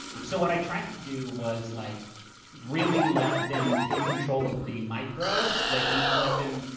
so what i tried to do was like really let them take control of the micro, like let them.